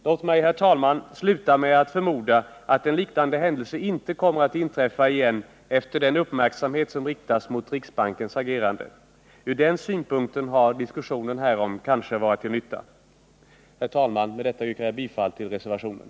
Låt mig, herr talman, sluta med att uttala en förmodan att en liknande händelse inte kommer att inträffa igen efter den uppmärksamhet som riktats mot riksbankens agerande. Ur den synpunkten har diskussionen härom kanske varit till nytta! Herr talman! Med detta yrkar jag bifall till reservationen.